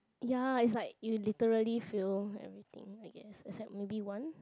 ya is like you literally fail everything I guess except maybe one